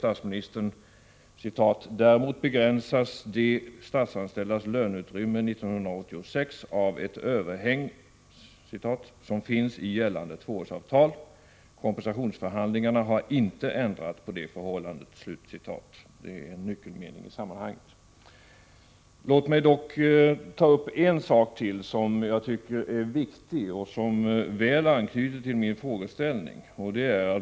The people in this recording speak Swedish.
Statsministern säger där: ”Däremot begränsas de statsanställdas löneutrymme 1986 av ett ”överhäng” som finns i gällande tvåårsavtal. Kompensationsförhandlingarna har inte ändrat på det förhållandet.” Låt mig ta upp ytterligare en fråga som jag tycker är viktig och som väl knyter an till min frågeställning.